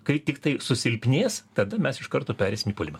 kai tiktai susilpnės tada mes iš karto pereisim į puolimą